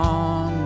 on